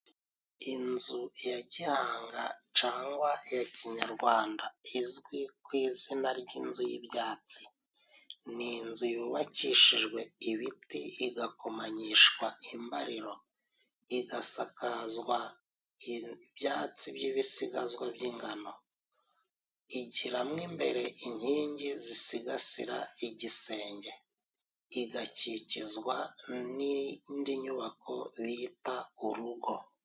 Inzu ya gihanga cangwa ya kinyarwanda izwi ku izina ry'inzu y'ibyatsi. Ni inzu yubakishijwe ibiti igakomanyishwa imbariro, igasakazwa ibyatsi by'ibisigazwa by'ingano. Igiramo imbere inkingi zisigasira igisenge. Igakikizwa n'indi nyubako bita urugo.